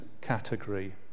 category